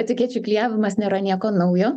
etikečių klijavimas nėra nieko naujo